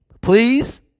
please